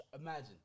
imagine